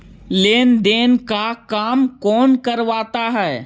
लेन देन का काम कौन करता है?